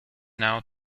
now